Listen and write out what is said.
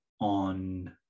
on